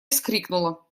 вскрикнула